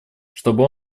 чтобы